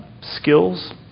skills